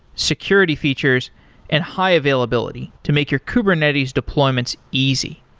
security features and high availability to make your kubernetes deployments easy.